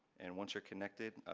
and once you're connected,